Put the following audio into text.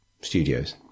studios